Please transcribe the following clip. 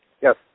Yes